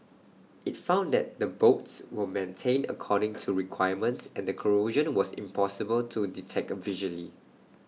IT found that the bolts were maintained according to requirements and the corrosion was impossible to detect visually